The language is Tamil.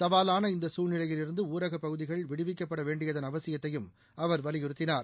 சவாவான இந்த சூழ்நிலையிலிருந்து ஊரகப் பகுதிகள் விடுவிக்கப்பட வேண்டியதன் அவசியத்தையும் அவர் வலியுறுத்தினார்